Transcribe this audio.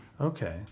Okay